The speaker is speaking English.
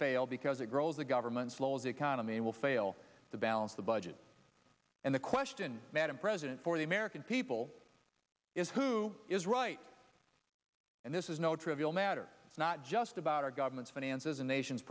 fail because it grows the government slows economy will fail to balance the budget and the question madam president for the american people is who is right and this is no trivial matter it's not just a our government's finances a nation